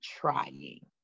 trying